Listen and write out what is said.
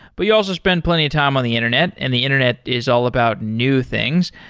but you also spend plenty of time on the internet and the internet is all about new things.